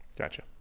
Gotcha